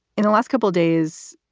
in the last couple days,